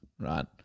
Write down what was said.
Right